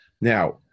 Now